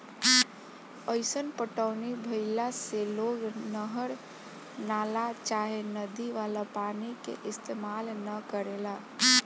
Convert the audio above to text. अईसन पटौनी भईला से लोग नहर, नाला चाहे नदी वाला पानी के इस्तेमाल न करेला